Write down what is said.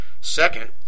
Second